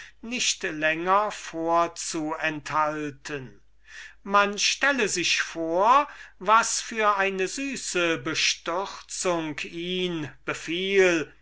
nicht länger vorzuenthalten stellet euch vor was für eine süße bestürzung ihn